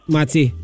Mati